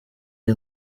iyi